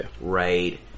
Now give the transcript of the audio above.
Right